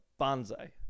bonsai